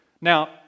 Now